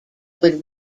would